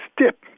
step